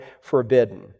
forbidden